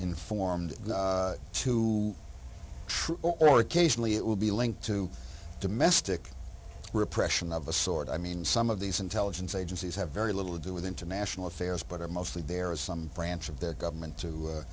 informed to true or occasionally it will be linked to domestic repression of the sort i mean some of these intelligence agencies have very little to do with international affairs but are mostly there is some branch of the government to